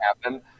happen